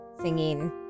singing